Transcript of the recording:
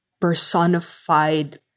personified